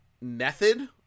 method